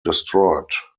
destroyed